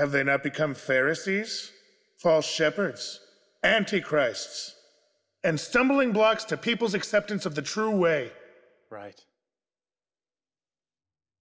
have they not become ferris's false shepherds anti christs and stumbling blocks to people's acceptance of the true way right